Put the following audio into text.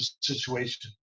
situation